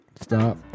Stop